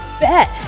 bet